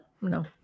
No